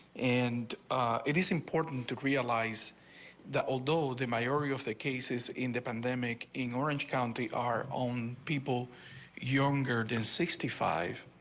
and it is important to realize the old old in my area of the cases in the pandemic in orange county our own people younger than sixty five.